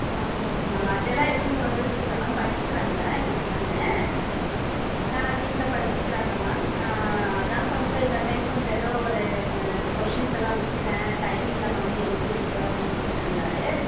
okay okay ma'am அதெல்லாம் எதுவும் சொல்கிறதுக்கு இல்லை மேம் படிச்சுக்கிறாங்க எங்கள் சன்னு வீட்டில் படிச்சுக்கிறாங்க மேம் அதான் கொஞ்சம் இந்த டைம் கொஞ்சம் எதோ ஒரு கொஸின்ஸ் எல்லாம் விட்டுட்டேன் டைம் இல்லை மம்மி எழுதுகிறதுக்கு அப்படின்னு சொல்லிகிட்டு இருந்தாரு